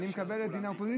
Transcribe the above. אני מקבל את דין האופוזיציה,